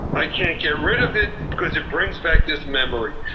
i can't get rid of it, because it brings back this memory,